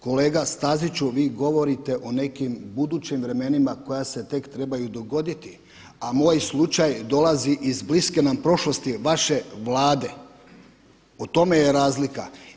Kolega Staziću vi govorite o nekim budućim vremenima koja se tek trebaju dogoditi a moj slučaj dolazi iz bliske nam prošlosti vaše Vlade, o tome je razlika.